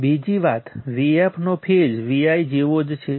બીજી વાત Vf નો ફેઝ Vi જેવો જ છે